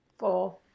Four